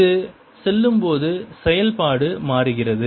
அது செல்லும்போது செயல்பாடு மாறுகிறது